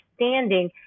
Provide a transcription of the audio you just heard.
understanding